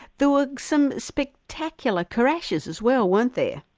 there were some spectacular crashes as well, weren't there?